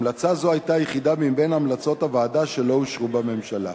המלצה זו היתה היחידה בהמלצות הוועדה שלא אושרה בממשלה.